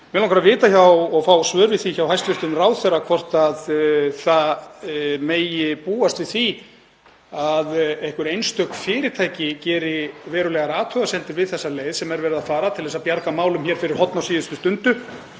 Mig langar að vita og fá svör við því hjá hæstv. ráðherra hvort búast megi við því að einhver einstök fyrirtæki geri verulegar athugasemdir við þessa leið sem verið er að fara til þess að bjarga málum fyrir horn á síðustu stundu